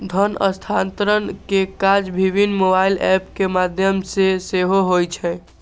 धन हस्तांतरण के काज विभिन्न मोबाइल एप के माध्यम सं सेहो होइ छै